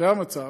זה המצב,